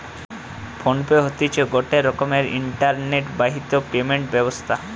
phone pay হতিছে গটে রকমের ইন্টারনেট বাহিত পেমেন্ট ব্যবস্থা